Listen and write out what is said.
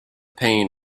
pain